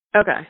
Okay